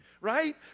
right